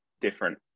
different